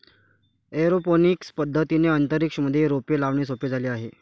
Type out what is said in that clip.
aeroponics पद्धतीने अंतरिक्ष मध्ये रोपे लावणे सोपे झाले आहे